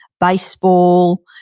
baseball.